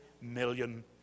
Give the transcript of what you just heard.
million